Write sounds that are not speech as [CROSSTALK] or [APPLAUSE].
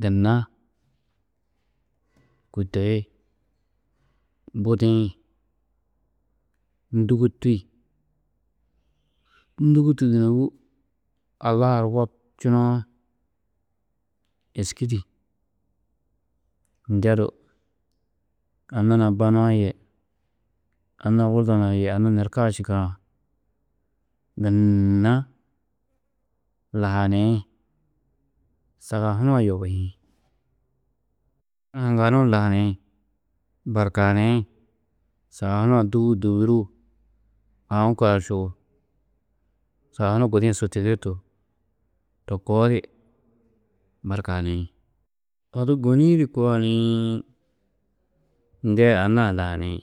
gunna kôi to hi budiĩ, ndûguti, ndûgutu dûnogu allahar wobčunoo, êski di ndedu, anna nua ba nua yê anna wurda nua yê anna nerkaa čîkã gunna lahaniĩ. Sagahunu-ã yobiĩ, [UNINTELLIGIBLE] ŋga nuũ lahaniĩ, barkaaniĩ, sagahunu-ã dûbuu, dûbuduruu, aũ kaušuu, sagahunu gudi-ĩ su tigiitu, to koo di barkaaniĩ. Odu gôni-ĩ du koo ni ndee anna-ã lahaniĩ.